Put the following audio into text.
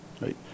right